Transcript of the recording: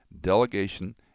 delegation